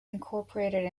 incorporated